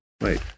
Wait